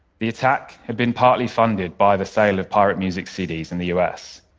the attack had been partly funded by the sale of pirate music cds in the us.